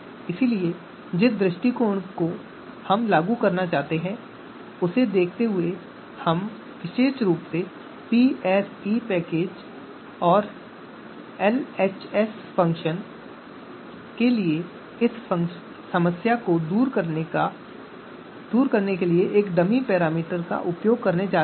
इसलिए जिस दृष्टिकोण को हम लागू करना चाहते हैं उसे देखते हुए हम विशेष रूप से पीएसई पैकेज और एलएचएस फ़ंक्शन के लिए इस समस्या को दूर करने के लिए एक डमी पैरामीटर का उपयोग कर रहे हैं